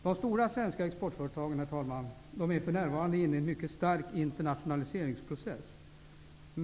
De stora svenska exportföretagen är för närvarande inne i en mycket stark internationaliseringsprocess.